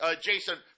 Jason